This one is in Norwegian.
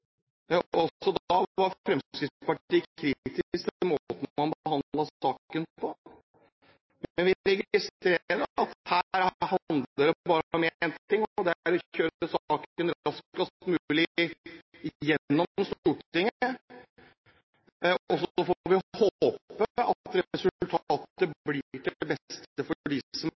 Også da var Fremskrittspartiet kritisk til måten man behandlet saken på. Men vi registrerer at her handler det bare om én ting, og det er å kjøre saken raskest mulig gjennom Stortinget, og så får man håpe at resultatet blir til beste for dem som